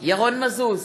ירון מזוז,